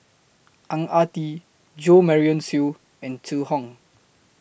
Ang Ah Tee Jo Marion Seow and Zhu Hong